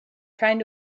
trying